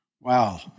Wow